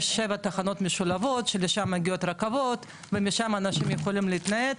יש שבע תחנות משולבות שלשמה מגיעות רכבות ומשם אנשים יכולים להתנייד,